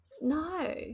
No